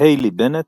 היילי בנט